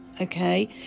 Okay